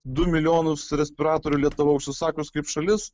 du milijonus respiratorių lietuva užsisakius kaip šalis